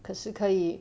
可是可以